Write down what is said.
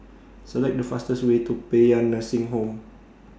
Select The fastest Way to Paean Nursing Home